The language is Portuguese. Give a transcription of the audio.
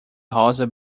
rosa